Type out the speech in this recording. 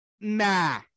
Nah